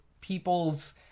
people's